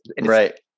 right